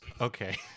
okay